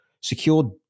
secure